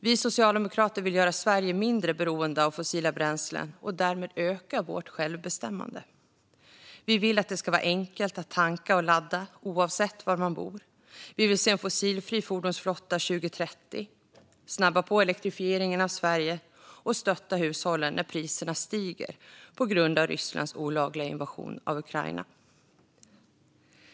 Vi socialdemokrater vill göra Sverige mindre beroende av fossila bränslen och därmed öka vårt självbestämmande. Vi vill att det ska vara enkelt att tanka och ladda, oavsett var man bor. Vi vill se en fossilfri fordonsflotta 2030, snabba på elektrifieringen av Sverige och stötta hushållen när priserna stiger på grund av Rysslands olagliga invasion av Ukraina.